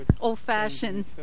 old-fashioned